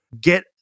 Get